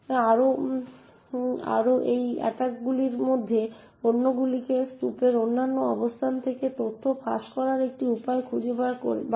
আরও এই এটাকগুলির মধ্যে অনেকগুলি স্তুপের অন্যান্য অবস্থান থেকে তথ্য ফাঁস করার একটি উপায় খুঁজে বের করে